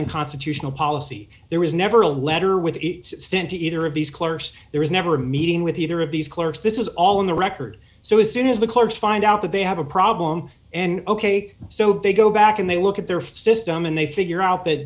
unconstitutional policy there was never a letter with it sent to either of these clerks there was never a meeting with either of these clerks this is all in the record so as soon as the courts find out that they have a problem and ok so they go back and they look at their fist um and they figure out that